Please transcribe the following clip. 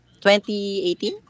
2018